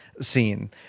scene